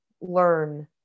learn